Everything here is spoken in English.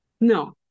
no